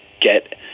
get